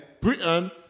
britain